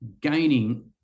gaining